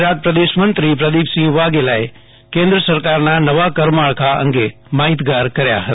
ગુજરાત પ્રદેશ મંત્રી પ્રદીપસિંહ વાઘેલાએ કેન્દ્ર સરકારના નવા કર માળખા અંગે માહિતગાર કર્યા હતા